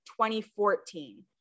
2014